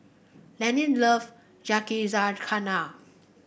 Leanne love Yakizakana